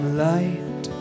light